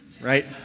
right